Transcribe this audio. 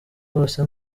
zose